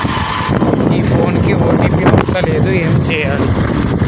నా ఫోన్ కి ఓ.టీ.పి వస్తలేదు ఏం చేయాలే?